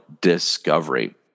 Discovery